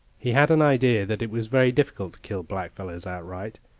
he had an idea that it was very difficult to kill blackfellows outright,